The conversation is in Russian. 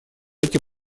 эти